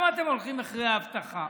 למה אתם הולכים אחרי האבטחה?